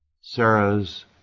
Sarah's